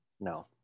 No